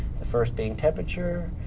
the first being temperature.